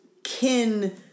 Kin